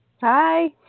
Hi